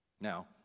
Now